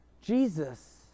Jesus